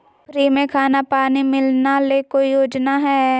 Free में खाना पानी मिलना ले कोइ योजना हय?